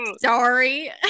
sorry